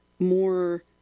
more